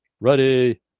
ready